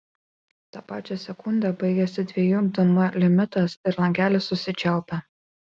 tą pačią sekundę baigiasi dviejų dm limitas ir langelis susičiaupia